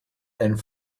and